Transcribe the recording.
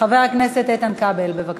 חבר הכנסת איתן כבל, בבקשה.